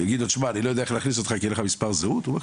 לא יאמרו לו הרי: ״אין לך מספר תעודת זהות אז אין